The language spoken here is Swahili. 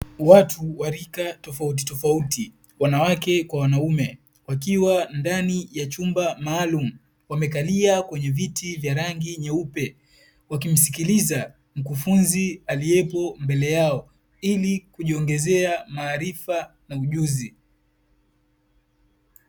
Watu wa rika tofauti tofauti wanawake kwa wanaume wakiwa ndani ya chumba maalum wamekalia kwenye viti vya rangi nyeupe wakimsikiliza mkufunzi aliyepo mbele yao ili kujiongezea maarifa na ujuzi.